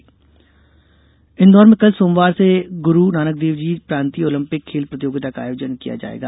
Olympic Indore में कल सोमवार से ग्रू नानकदेवजी प्रांतीय ओलम्पिक खेल प्रतियोगिता का आयोजन किया जाएगा